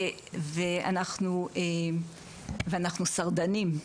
ואנחנו שרדנים.